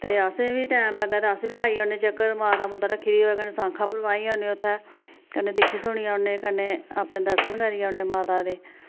ते असें बी टैम लग्गे ते अस बी लाई औने चक्कर माता मुता रखी दी होऐ ते कन्नै साखां प्रवाहि औने उ'त्थें कन्नै दिक्खी सुनी औने कन्नै अपने दर्शन करी औने माता दे